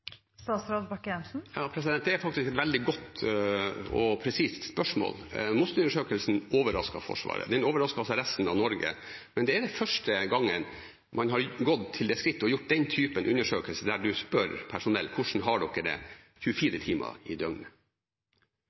Det er et veldig godt og presist spørsmål. MOST-undersøkelsen overrasket Forsvaret. Den overrasket også resten av Norge. Dette er første gangen man har gått til det skrittet å gjøre denne typen undersøkelser, der man spør personell hvordan de har det 24 timer i døgnet.